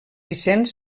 vicent